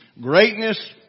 greatness